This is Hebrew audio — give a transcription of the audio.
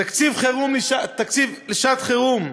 תקציב לשעת-חירום,